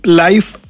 life